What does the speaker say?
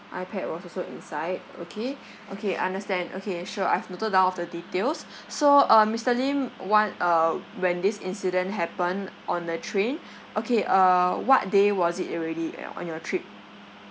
ipad was also inside okay okay understand okay sure I've noted down of the details so uh mister lim want um when this incident happened on the train okay uh what day was it already uh on your trip